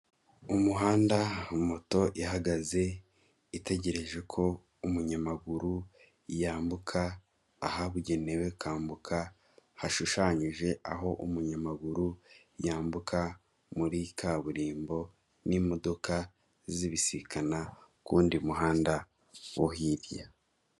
Umuhanda moto ihagaze itegereje ko umunyamaguru yambuka ahabugenewe, akambuka hashushanyije aho umunyamaguru yambuka muri kaburimbo n'imodoka z'ibisikana ku wundi muhanda wo hirya.